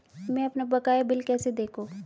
मैं अपना बकाया बिल कैसे देखूं?